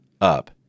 up